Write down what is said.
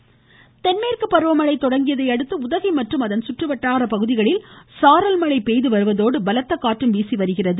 உதகை சாரல் மழை தென்மேற்கு பருவமழை தொடங்கியதை அடுத்து உதகை மற்றும் அதன் சுற்றுவட்டார பகுதிகளில் சாரல் மழை பெய்து வருவதோடு பலத்த காற்றும் வீசி வருகிறது